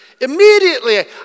Immediately